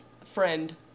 friend